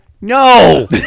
No